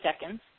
seconds